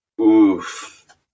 Oof